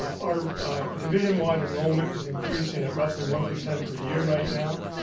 our division-wide enrollment is increasing at roughly one percent per year right now,